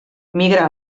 migra